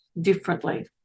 differently